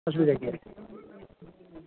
অসুবিধার কী আছে